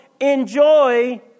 enjoy